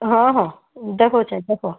ହଁ ହଁ ଦେଖଉଛେ ଦେଖ